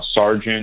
sergeant